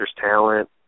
talent